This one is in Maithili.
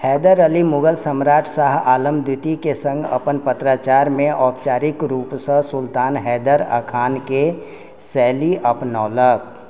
हैदर अली मुगल सम्राट शाह आलम द्वितीयके सङ्ग अपन पत्राचारमे औपचारिक रूपसँ सुल्तान हैदर खानके शैली अपनौलक